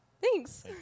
thanks